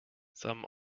some